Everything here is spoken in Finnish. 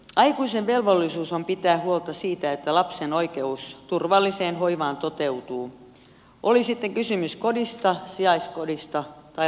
aikuisen velvollisuus on pitää huolta siitä että lapsen oikeus turvalliseen hoivaan toteutuu oli sitten kysymys kodista sijaiskodista tai laitoksesta